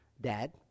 dad